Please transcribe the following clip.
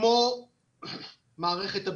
כמו מערכת הביטחון,